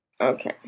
Okay